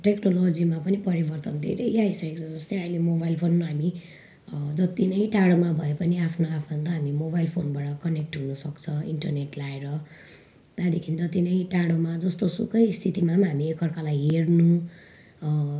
टेक्नोलोजीमा पनि परिवर्तन धेरै आइसकेको छ जस्तो चाहिँ अहिले मोबाइल फोनमा हामी जति नै टाढामा भए पनि आफ्नो आफन्त हामी मोबाइल फोनबाट कनेक्ट हुन सक्छ इन्टरनेट लगाएर त्यहाँदेखि जति नै टाढोमा जस्तोसुकै स्थितिमा पनि म हामी एक अर्कालाई हेर्नु